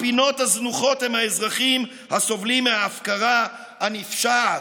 הפינות הזנוחות הן האזרחים הסובלים מההפקרה הנפשעת,